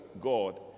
God